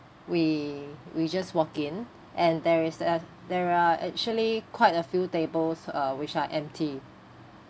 we we just walk in and there is a there are actually quite a few tables uh which are empty